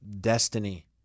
destiny